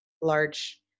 large